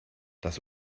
das